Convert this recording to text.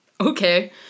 Okay